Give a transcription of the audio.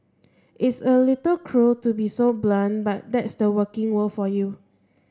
it's a little cruel to be so blunt but that's the working world for you